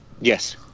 Yes